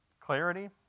clarity